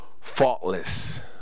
faultless